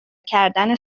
کردن